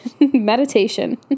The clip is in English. meditation